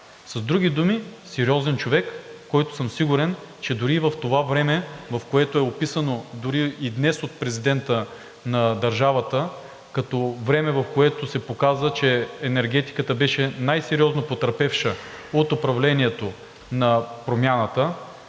С други думи, сериозен човек, който съм сигурен, че дори и в това време, в което е описано, дори и днес от президента на държавата, като време, в което се показа, че енергетиката беше най-сериозно потърпевша от управлението на „Промяната“,